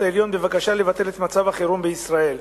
העליון בבקשה לבטל את מצב החירום בישראל.